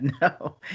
no